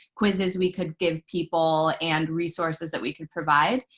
quizzes we could give people, and resources that we could provide.